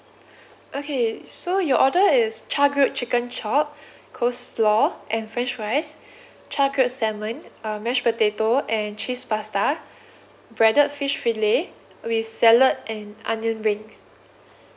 okay so your order is chargrilled chicken chop coleslaw and french fries chargrilled salmon uh mash potato and cheese pasta breaded fish fillet with salad and onion rings